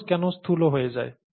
মানুষ কেন স্থূল হয়ে যায়